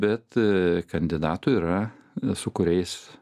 bet kandidatų yra su kuriais